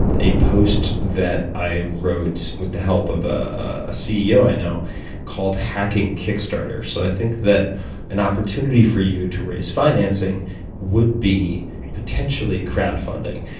a post that i wrote with the help of a ceo i know called hacking kickstarter. so i think that an opportunity for you to raise financing would be potentially crowdfunding.